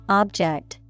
object